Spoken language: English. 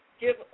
give